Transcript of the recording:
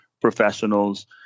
professionals